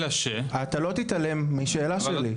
לא תתעלם מהשאלה שלי.